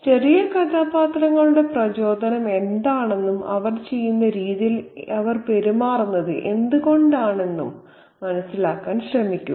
ചെറിയ കഥാപാത്രങ്ങളുടെ പ്രചോദനം എന്താണെന്നും അവർ ചെയ്യുന്ന രീതിയിൽ അവർ പെരുമാറുന്നത് എന്തുകൊണ്ടാണെന്നും മനസിലാക്കാൻ ശ്രമിക്കുക